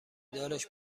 دارش